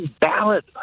ballot